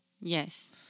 Yes